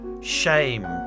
shame